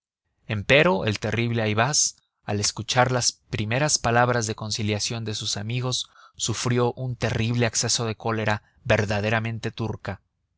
en la cama empero el terrible ayvaz al escuchar las primeras palabras de conciliación de sus amigos sufrió un terrible acceso de cólera verdaderamente turca